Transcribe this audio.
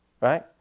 Right